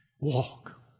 walk